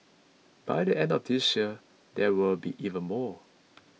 by the end of this year there will be even more